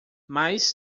mas